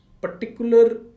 particular